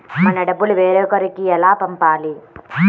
మన డబ్బులు వేరొకరికి ఎలా పంపాలి?